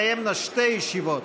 תתקיימנה שתי ישיבות: